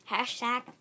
Hashtag